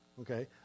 Okay